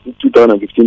2015